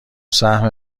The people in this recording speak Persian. سهم